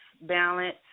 balance